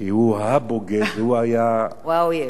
כי הוא הבוגד, הוא היה, הוא האויב.